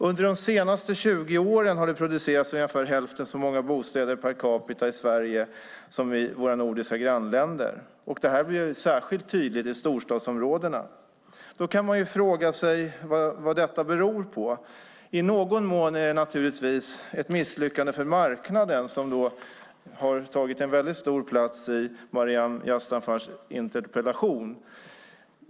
Under de senaste 20 åren har det i Sverige producerats ungefär hälften så många bostäder per capita som i våra nordiska grannländer. Det blir särskilt tydligt i storstadsområdena. Man kan fråga sig vad det beror på. I någon mån är det naturligtvis ett misslyckande för marknaden, som har tagit väldigt stor plats i Maryam Yazdanfars interpellation.